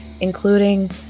including